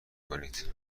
کنید